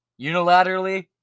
Unilaterally